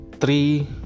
three